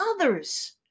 others